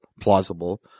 plausible